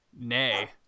Nay